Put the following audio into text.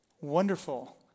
wonderful